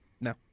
No